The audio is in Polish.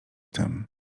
tym